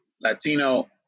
Latino